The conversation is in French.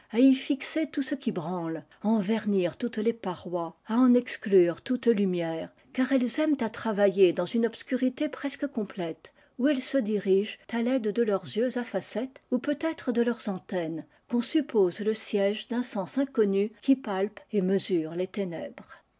fixer tout ce qui branle à en vernir toutes les parois à en exclure toute lumière car elles aiment à travailler dans une obscurité presque complète où elles se dirigent à l'aide de leurs yeux à facettes ou peutêtre de leurs antennes qu'on suppose le siège d'un sens inconnu qui palpe et mesure les ténèbres